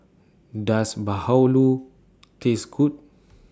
Does Bahulu Taste Good